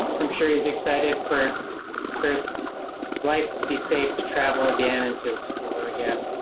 i'm sure he's excited for earth life to be safe, travel again and to explore again.